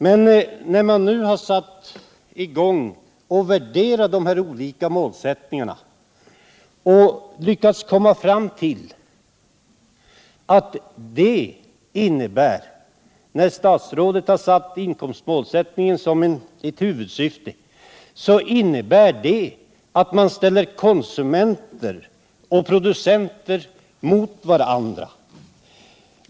Men när man nu har börjat värdera de olika jordbrukspolitiska målsättningarna har man vad gäller statsrådets angivande av inkomstmålsättningen som ett huvudsyfte kommit fram till att detta innebär att konsumenter och producenter ställs mot varandra.